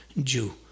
Jew